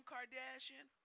Kardashian